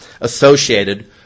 associated